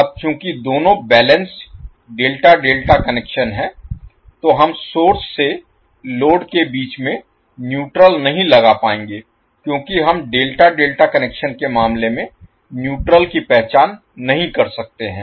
अब चूंकि दोनों बैलेंस्ड डेल्टा डेल्टा कनेक्शन हैं तो हम सोर्स से लोड के बीच में न्यूट्रल नहीं लगा पाएंगे क्योंकि हम डेल्टा डेल्टा कनेक्शन के मामले में न्यूट्रल की पहचान नहीं कर सकते हैं